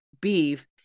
beef